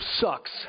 sucks